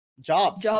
jobs